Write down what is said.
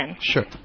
Sure